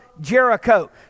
Jericho